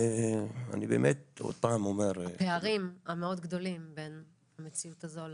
ואני באמת עוד פעם אומר -- הפערים המאוד גדולים בין המציאות הזו לשוטף.